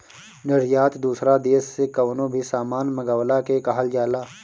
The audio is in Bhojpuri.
निर्यात दूसरा देस से कवनो भी सामान मंगवला के कहल जाला